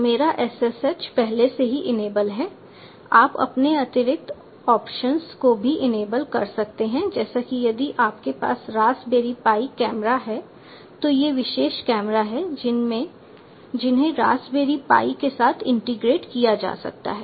तो मेरा SSH पहले से ही इनेबल है आप अपने अतिरिक्त ऑप्शंस को भी इनेबल कर सकते हैं जैसे कि यदि आपके पास रास्पबेरी पाई कैमरा है तो ये विशेष कैमरे हैं जिन्हें रास्पबेरी पाई के साथ इंटीग्रेट किया जा सकता है